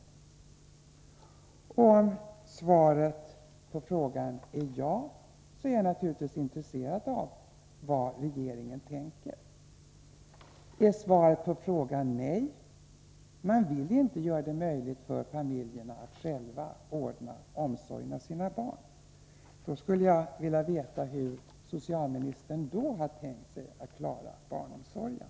Om svaret på frågan är ja, är jag naturligtvis intresserad av vad regeringen tänker göra. Är svaret på frågan nej — man vill inte göra det möjligt för familjerna att själva ordna omsorgen om sina barn —, skulle jag vilja veta hur socialministern då har tänkt sig att klara barnomsorgen.